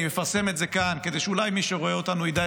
אני מפרסם את זה כאן כדי שאולי מי שרואה אותנו ידע,